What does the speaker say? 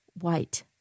white